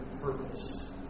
purpose